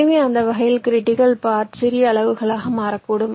எனவே அந்த வகையில் கிரிட்டிக்கல் பாத் சிறிய அளவுகளாக மாறக்கூடும்